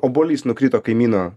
obuolys nukrito kaimyno